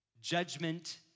judgment